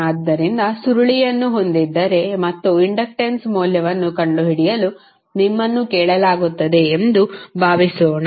ಆದ್ದರಿಂದ ಸುರುಳಿಯನ್ನು ಹೊಂದಿದ್ದರೆ ಮತ್ತು ಇಂಡಕ್ಟನ್ಸ್ ಮೌಲ್ಯವನ್ನು ಕಂಡುಹಿಡಿಯಲು ನಿಮ್ಮನ್ನು ಕೇಳಲಾಗುತ್ತದೆ ಎಂದು ಭಾವಿಸೋಣ